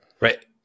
Right